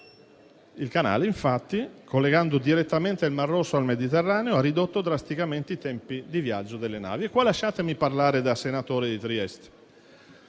quel canale, infatti, collegando direttamente il Mar Rosso al Mediterraneo, ha ridotto drasticamente i tempi di viaggio delle navi. Lasciatemi ora parlare da senatore di Trieste.